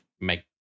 make